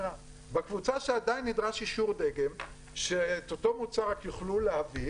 בקבוצה שעדיין נדרש אישור דגם שאת אותו מוצר רק יוכלו להביא